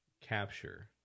capture